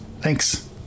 Thanks